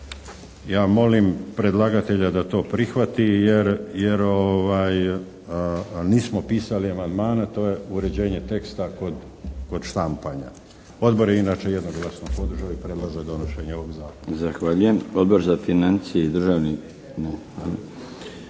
Ja molim predlagatelja da to prihvati jer nismo pisali amandmane. To je uređenje teksta kod štampanja. Odbor je inače jednoglasno podržao i prijedlog za donošenje ovog zakona. **Milinović, Darko (HDZ)** Zahvaljujem. Odbor za financije i državni,